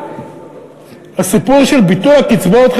הסיפור של ביטול הקצבאות,